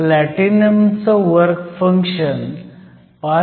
प्लॅटिनमचं work function 5